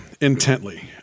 intently